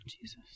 Jesus